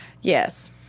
Yes